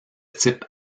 type